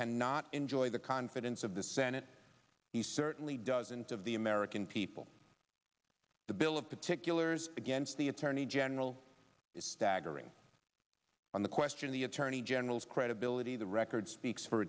cannot enjoy the confidence of the senate he certainly doesn't of the american people the bill of particulars against the attorney general is staggering on the question the attorney general's credibility the record speaks for